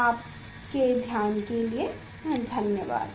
आपके ध्यान के लिए धन्यवाद